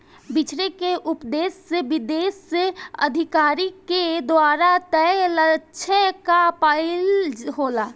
बिछरे के उपदेस विशेष अधिकारी के द्वारा तय लक्ष्य क पाइल होला